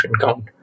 count